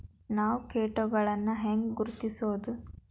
ನಾವ್ ಕೇಟಗೊಳ್ನ ಹ್ಯಾಂಗ್ ಗುರುತಿಸೋದು?